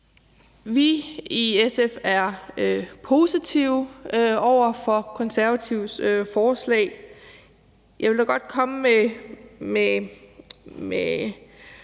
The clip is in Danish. Vi i SF er positive over for Konservatives forslag. Jeg vil dog godt komme med